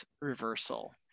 reversal